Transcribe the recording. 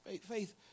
Faith